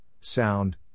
sound